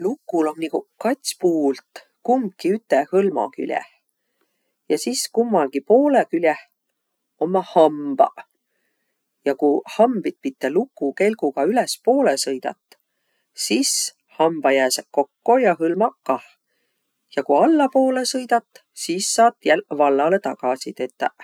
Lukul om niguq kats puult, kumbki üte hõlma küleh. Ja sis kummagi poolõ küleh ommaq hambaq. Ja ku hambit pite lukukelgugaq ülespoolõ sõidat, sis hambaq jääseq kokko ja hõlmaq kah. Ja ku allapoolõ sõidat, sis saat jälq vallalõ tagasi tetäq.